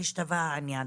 או אם השתווה העניין.